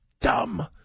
dumb